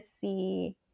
see